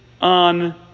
on